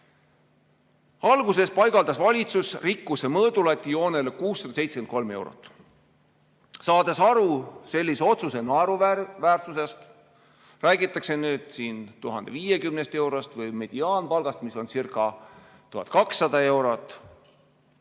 Alguses paigaldas valitsus rikkuse mõõdulati joonele 673 eurot. Saades aru sellise otsuse naeruväärsusest, räägitakse siin 1050 eurost või mediaanpalgast, mis oncirca1200 eurot.